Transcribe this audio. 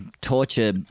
torture